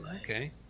okay